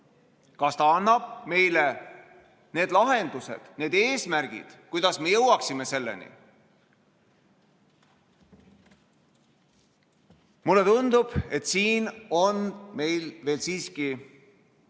Kas ta annab need lahendused, need eesmärgid, kuidas me jõuaksime selleni? Mulle tundub, et siin on meil siiski